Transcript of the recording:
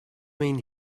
mean